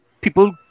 people